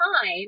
time